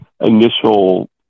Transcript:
initial